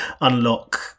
unlock